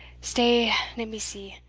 stay, let me see.